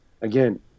again